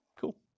Cool